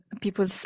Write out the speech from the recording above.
people